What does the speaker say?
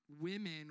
women